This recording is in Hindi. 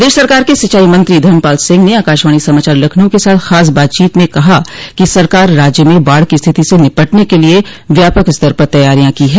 प्रदेश सरकार के सिंचाई मंत्री धर्मपाल सिंह ने आकाशवाणी समाचार लखनऊ के साथ खास बातचीत में कहा कि सरकार राज्य में बाढ़ की स्थिति से निपटने के लिए व्यापक स्तर पर तैयारियां की है